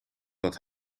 dat